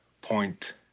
point